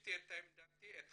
הבעתי את עמדתי וחששותיי,